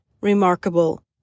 Remarkable